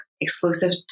exclusive